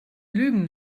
lügen